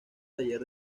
taller